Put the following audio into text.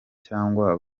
cyangwa